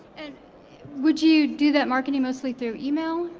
and would you do that marketing mostly through email?